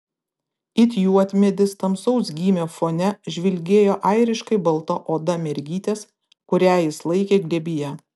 it juodmedis tamsaus gymio fone žvilgėjo airiškai balta oda mergytės kurią jis laikė glėbyje